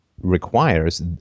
requires